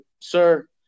sir